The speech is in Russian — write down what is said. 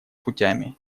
путями